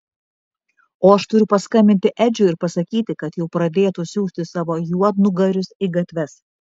o aš turiu paskambinti edžiui ir pasakyti kad jau pradėtų siųsti savo juodnugarius į gatves